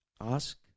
Ask